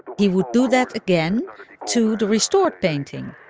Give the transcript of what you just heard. he would do that again to the restored painting